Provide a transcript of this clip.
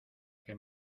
que